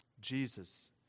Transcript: Jesus